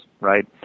right